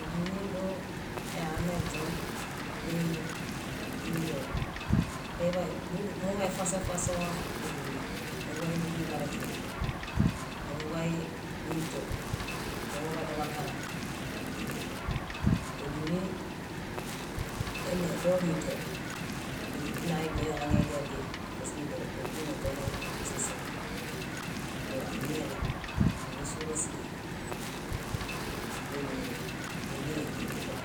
Édulin dóo ehameźon nii- mímiwa eḃa- muḃay efasõ efasõ édulin: muḃay édulin breke, nimuḃay míta, numuḃadobakara. Éduni ene- dómita na íi doehaŋedia díe paske dóo ineźonee sisei. Dóo amiñalew, ámiñasulo síhe ní nímbeninehe nipuõ